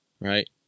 right